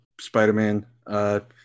Spider-Man